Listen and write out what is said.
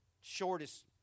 shortest